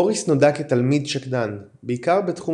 בוריס נודע כתלמיד שקדן בעיקר בתחום